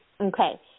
Okay